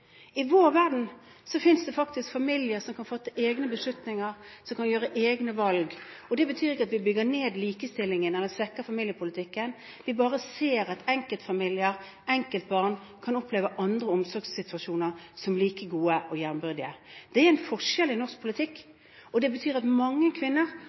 I vår verden finnes det faktisk familier som kan fatte egne beslutninger, som kan gjøre egne valg, og det betyr ikke at vi bygger ned likestillingen eller svekker familiepolitikken. Vi bare ser at enkeltfamilier, enkeltbarn, kan oppleve andre omsorgssituasjoner som like gode og jevnbyrdige. Det er en forskjell i norsk politikk, og det betyr at mange kvinner